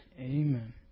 Amen